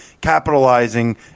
capitalizing